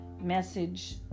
message